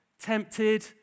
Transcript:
tempted